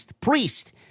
Priest